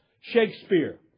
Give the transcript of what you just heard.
Shakespeare